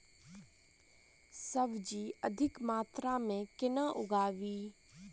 सब्जी अधिक मात्रा मे केना उगाबी?